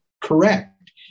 correct